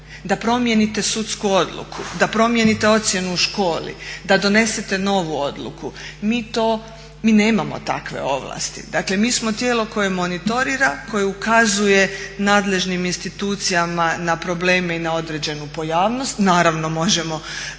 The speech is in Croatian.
da promijenite sudsku odluku, da promijenite ocjenu u školi, da donesete novu odluku. Mi nemamo takve ovlasti. Dakle, mi smo tijelo koje monitorira, koje ukazuje nadležnim institucijama na probleme i na određenu pojavnost, naravno možemo i